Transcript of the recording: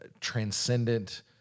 transcendent